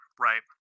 Right